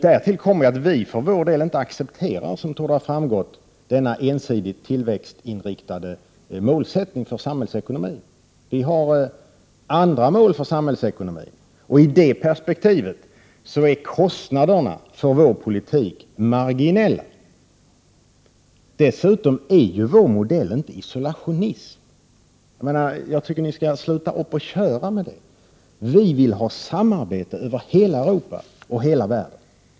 Därtill kommer att vi miljöpartister för vår del inte accepterar, vilket torde ha framgått, denna ensidigt tillväxtinriktade målsättning för samhällsekonomin. Vi har andra mål för samhällsekonomin. I det perspektivet är kostnaderna för vår politik marginella. Vår modell är inte isolationism. Jag tycker att ni skall sluta upp med att använda det argumentet. Vi miljöpartister vill ha samarbete med hela Europa och med hela världen.